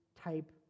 type